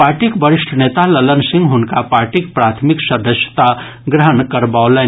पार्टीक वरिष्ठ नेता ललन सिंह हुनका पार्टीक प्राथिमिक सदस्यता ग्रहण करवौलनि